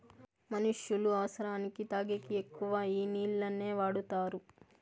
మనుష్యులు అవసరానికి తాగేకి ఎక్కువ ఈ నీళ్లనే వాడుతారు